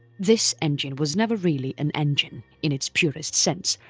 this engine was never really an engine in its purest sense,